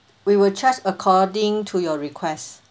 we will charge according to your request